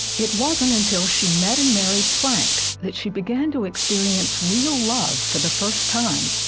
it wasn't until she met and married frank that she began to experience real love for the first time.